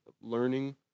learning